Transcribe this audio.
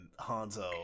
Hanzo